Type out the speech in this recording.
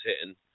hitting